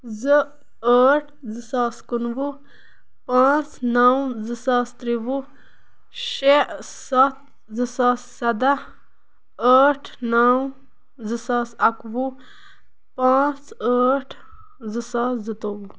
زٕ ٲٹھ زٕ ساس کُنوُہ پانٛژھ نو زٕ ساس تروُہ شےٚ ستھ زٕ ساس سَداہ ٲٹھ نو زٕ ساس اَکوُہ پانٛژھ ٲٹھ زٕ ساس زُتووُہ